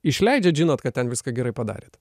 išleidžiat žinot kad ten viską gerai padarėt